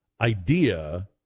idea